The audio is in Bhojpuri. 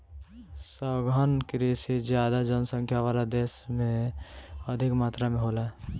सघन कृषि ज्यादा जनसंख्या वाला देश में अधिक मात्रा में होला